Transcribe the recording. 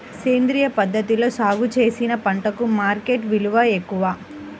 సేంద్రియ పద్ధతిలో సాగు చేసిన పంటలకు మార్కెట్ విలువ ఎక్కువ